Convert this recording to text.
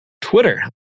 Twitter